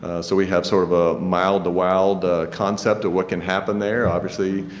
ah so we have sort of a mild to wild concept of what can happen there. obviously,